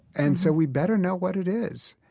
and so we'd better know what it is.